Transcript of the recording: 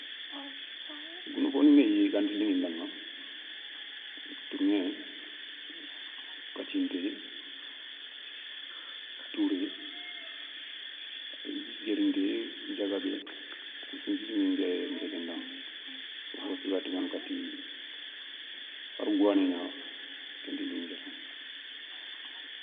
Goundou fonin ηéye i ganta liηindaηa, tourηé, kathinte, toure, diérinté, diagabé, kou sounta liηin nké nké ken daηa, fofo sou ga taηana kati, har gouwané ña kenta liηi nké da.